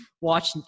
watch